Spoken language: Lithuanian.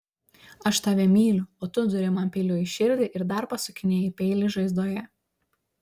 aš tave myliu o tu duri man peiliu į širdį ir dar pasukinėji peilį žaizdoje